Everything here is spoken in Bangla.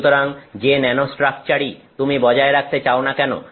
সুতরাং যে ন্যানোস্ট্রাকচারই তুমি বজায় রাখতে চাও না কেন